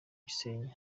gisenyi